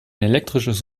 elektrisches